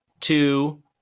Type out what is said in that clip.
two